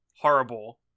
Horrible